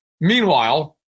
Meanwhile